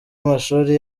amashuri